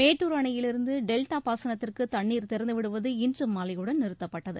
மேட்டுர் அணையிலிருந்து டெல்டா பாசனத்திற்கு தன்னீர் திறந்துவிடுவது இன்று மாலையுடன் நிறுத்தப்பட்டது